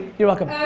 you're welcome.